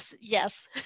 yes